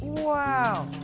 wow.